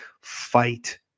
fight